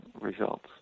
results